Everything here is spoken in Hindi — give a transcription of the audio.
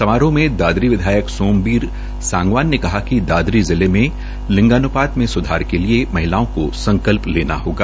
समारोह में दादरी विधायक सोमबीर सांगवान ने कहा कि दादरी जिले में लिंगान्पात में सुधार के लिए महिलाओं को संकल्प लेना होगा